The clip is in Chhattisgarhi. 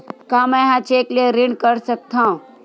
का मैं ह चेक ले ऋण कर सकथव?